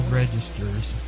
registers